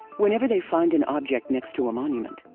whenever they find an object next to a monument,